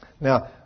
Now